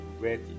ready